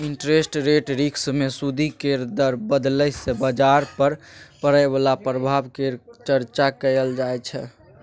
interest rate risk मे सूदि केर दर बदलय सँ बजार पर पड़य बला प्रभाव केर चर्चा कएल जाइ छै